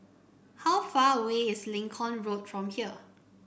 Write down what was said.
how far away is Lincoln Road from here